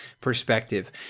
perspective